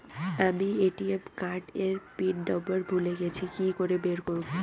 আমি ATM card এর pin number ভুলে গেছি কি করে বের করব?